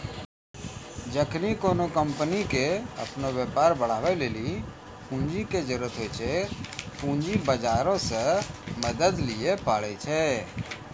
जखनि कोनो कंपनी के अपनो व्यापार बढ़ाबै लेली पूंजी के जरुरत होय छै, पूंजी बजारो से मदत लिये पाड़ै छै